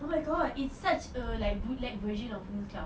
oh my god it's such like bootleg version of winx club